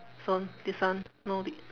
so this one no di~